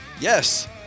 Yes